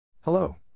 Hello